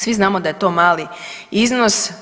Svi znamo da je to mali iznos.